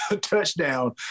touchdown